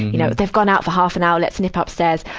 you know, they're gone out for half an hour let's nip upstairs.